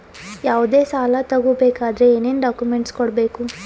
ಯಾವುದೇ ಸಾಲ ತಗೊ ಬೇಕಾದ್ರೆ ಏನೇನ್ ಡಾಕ್ಯೂಮೆಂಟ್ಸ್ ಕೊಡಬೇಕು?